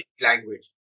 language